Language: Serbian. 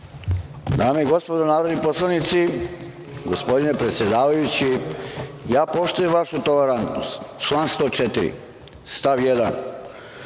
Dame i gospodo narodni poslanici, gospodine predsedavajući, ja poštujem vašu tolerantnost. Član 104. stav 1.